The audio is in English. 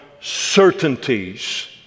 certainties